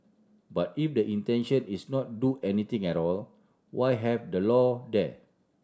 but if the intention is not do anything at all why have the law there